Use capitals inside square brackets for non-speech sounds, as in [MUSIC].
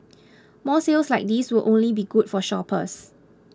[NOISE] more sales like these will only be good for shoppers